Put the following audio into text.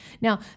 Now